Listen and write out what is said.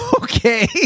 Okay